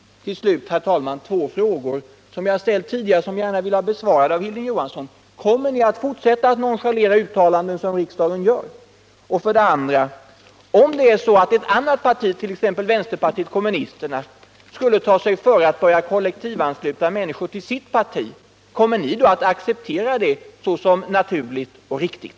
Till slut, herr talman, ber jag att av Hilding Johansson få svar på två frågor som jag tidigare har ställt: 1. Kommer ni att fortsätta att nonchalera de uttalanden som riksdagen gör? 2. Om ett annat parti, t.ex. vpk, skulle ta sig före att börja kollektivansluta människor till sitt parti, kommer ni då att acceptera detta såsom naturligt och riktigt?